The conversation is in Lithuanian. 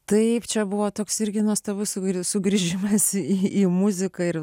taip čia buvo toks irgi nuostabus įvairi sugrįžimas į muziką ir